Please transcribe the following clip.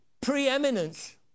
preeminence